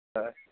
হয়